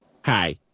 Hi